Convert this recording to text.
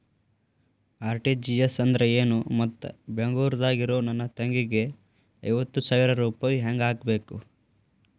RTGS ಅಂದ್ರ ಏನು ಮತ್ತ ಬೆಂಗಳೂರದಾಗ್ ಇರೋ ನನ್ನ ತಂಗಿಗೆ ಐವತ್ತು ಸಾವಿರ ರೂಪಾಯಿ ಹೆಂಗ್ ಹಾಕಬೇಕು?